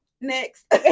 next